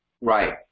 Right